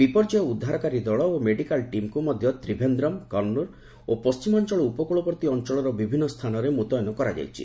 ବିପର୍ଯ୍ୟୟ ଉଦ୍ଧାରକାରୀ ଦଳ ଓ ମେଡିକାଲ୍ ଟିମ୍କୁ ମଧ୍ୟ ତ୍ରିଭେନ୍ଦ୍ରମ୍ କନ୍ନର୍ ଓ ପଣ୍ଟିମାଞ୍ଚଳ ଉପକୃଳବର୍ତ୍ତୀ ଅଞ୍ଚଳର ବିଭିନ୍ନ ସ୍ଥାନରେ ମୁତ୍ୟନ କରାଯାଇଛି